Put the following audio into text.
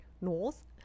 north